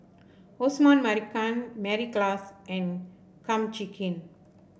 Osman Merican Mary Klass and Kum Chee Kin